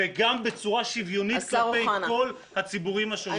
בחלק גדול מהמקרים --- שנייה,